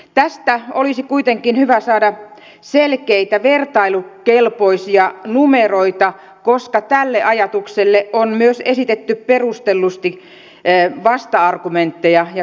tästä olisi kuitenkin hyvä saada selkeitä vertailukelpoisia numeroita koska tälle ajatukselle on myös esitetty perustellusti vasta argumentteja ja kysymysmerkkejä